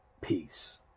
Peace